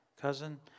cousin